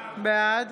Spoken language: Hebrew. בעד